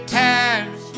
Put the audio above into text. times